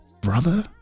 brother